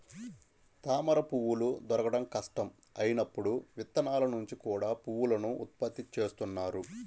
తామరపువ్వులు దొరకడం కష్టం అయినప్పుడు విత్తనాల నుంచి కూడా పువ్వులను ఉత్పత్తి చేస్తున్నారు